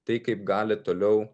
tai kaip gali toliau